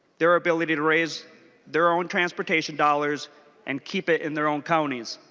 their ability to raise their own transportation dollars and keep it in their own counties.